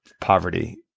poverty